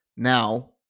Now